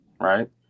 right